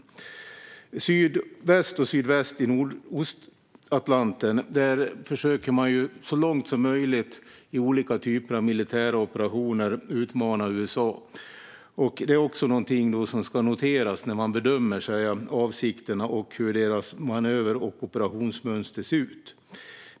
I sydväst i Nordostatlanten försöker man så långt som möjligt, i olika typer av militära operationer, utmana USA. Detta är också något som ska noteras vid bedömningen av hur avsikter och manöver och operationsmönster ser ut.